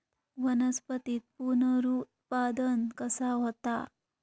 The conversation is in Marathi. वनस्पतीत पुनरुत्पादन कसा होता?